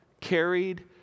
carried